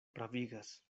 pravigas